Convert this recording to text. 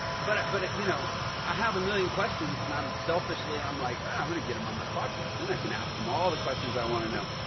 but but you know, i have a million questions and i'm selfishly, i'm like, i'm going to get him on my podcast. then i can ask him all the questions i want to know.